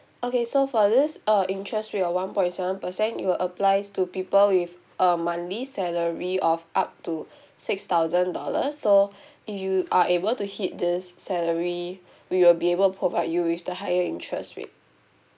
okay so for this uh interest rate of one point seven per cent it will applies to people with a monthly salary of up to six thousand dollars so if you are able to hit this salary we will be able provide you with the higher interest rate